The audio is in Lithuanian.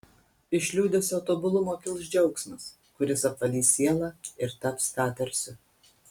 iš liūdesio tobulumo kils džiaugsmas kuris apvalys sielą ir taps katarsiu